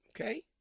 Okay